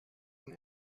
and